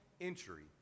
entry